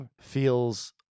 feels